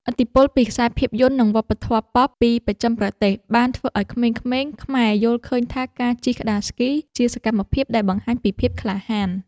ឥទ្ធិពលពីខ្សែភាពយន្ត និងវប្បធម៌ប៉ុប ពីបស្ចិមប្រទេស បានធ្វើឱ្យក្មេងៗខ្មែរយល់ឃើញថាការជិះក្ដារស្គីជាសកម្មភាពដែលបង្ហាញពីភាពក្លាហាន។